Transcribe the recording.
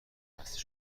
بسته